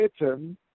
written